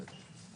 בטח.